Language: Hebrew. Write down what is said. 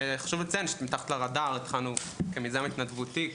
חשוב לציין ש"מתחת לרדאר" התחלנו כמיזם התנדבותי,